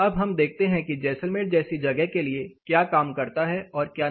अब हम देखते हैं कि जैसलमेर जैसी जगह के लिए क्या काम करता है और क्या नहीं